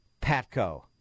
Patco